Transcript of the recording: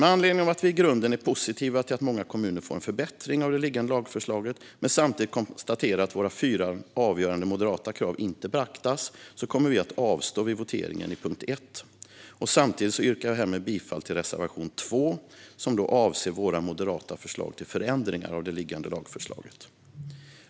Med anledning av att vi i grunden är positiva till att många kommuner får en förbättring av det liggande lagförslaget men samtidigt konstaterar att våra fyra avgörande moderata krav inte beaktats kommer vi att avstå vid voteringen om punkt 1. Samtidigt yrkar jag härmed bifall till reservation 2, som avser våra moderata förslag till förändringar av liggande lagförslag.